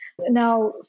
Now